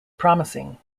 promising